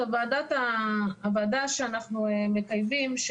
הוועדה שאנחנו מקיימים,